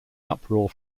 uproar